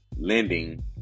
lending